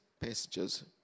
passages